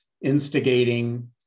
instigating